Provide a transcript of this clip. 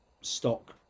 stock